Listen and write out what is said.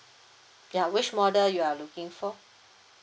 yeah which model you are looking for